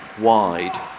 wide